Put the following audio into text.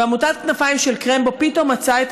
ועמותת כנפיים של קרמבו פתאום מצאה את